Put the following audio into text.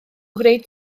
gwneud